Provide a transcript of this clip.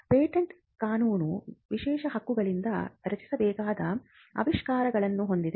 patent ಕಾನೂನು ವಿಶೇಷ ಹಕ್ಕುಗಳಿಂದ ರಕ್ಷಿಸಬೇಕಾದ ಆವಿಷ್ಕಾರಗಳನ್ನು ಹೊಂದಿದೆ